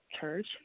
church